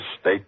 state